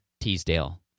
Teasdale